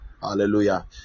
Hallelujah